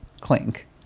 Clink